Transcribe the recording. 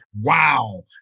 Wow